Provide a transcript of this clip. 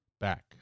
back